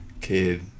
Kid